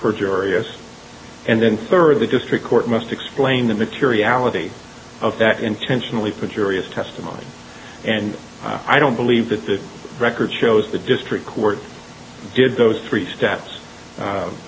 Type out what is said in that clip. perjurious and then third the district court must explain the materiality of that intentionally put your ears testimony and i don't believe that the record shows the district court did those three steps